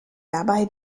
dabei